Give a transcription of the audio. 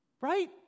Right